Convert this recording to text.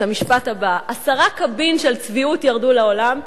המשפט הבא: עשרה קבין של צביעות ירדו לעולם,